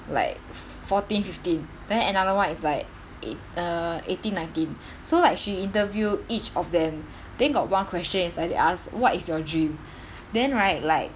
like fourteen fifteen then another [one] is like eight~ err eighteen nineteen so like she interview each of them then got one question is like they ask what is your dream then right like